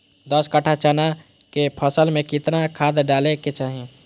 दस कट्ठा चना के फसल में कितना खाद डालें के चाहि?